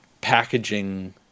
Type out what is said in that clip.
packaging